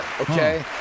okay